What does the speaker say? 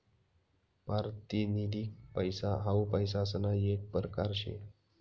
पारतिनिधिक पैसा हाऊ पैसासना येक परकार शे